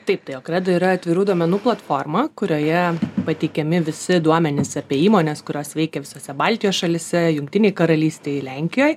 taip tai okredo yra atvirų duomenų platforma kurioje pateikiami visi duomenys apie įmones kurios veikia visose baltijos šalyse jungtinėj karalystėj lenkijoj